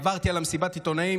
עברתי על מסיבת העיתונאים,